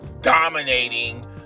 dominating